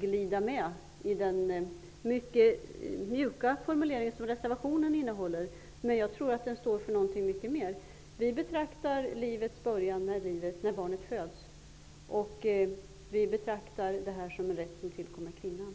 gled med och anslöt sig till den mycket mjuka formulering som reservationen innehåller. Jag tror att den står för någonting mycket mer omfattande. Vi betraktar livets början som den tidpunkt då barnet föds. Vi betraktar rätten till abort som en rätt som tillkommer kvinnan.